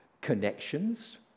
connections